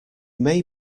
may